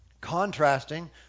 contrasting